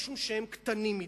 משום שהם קטנים מדי,